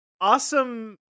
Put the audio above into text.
awesome